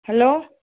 hello